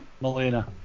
Melina